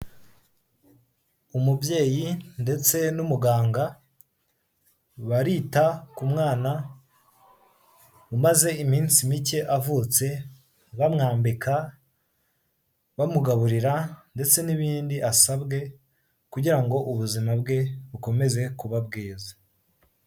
Umubyeyi ndetse n'umuganga barita ku mwana umaze iminsi mike avutse bamwambika, bamugaburira ndetse n'ibindi asabwe, kugira ngo ubuzima bwe bukomeze kuba bwiza.